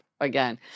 again